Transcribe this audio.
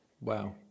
Wow